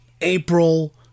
April